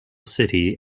city